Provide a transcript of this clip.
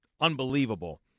unbelievable